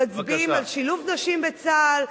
שמצביעים על שילוב נשים בצה"ל,